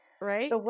Right